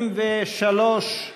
ש"ס